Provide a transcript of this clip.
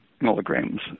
milligrams